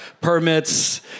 permits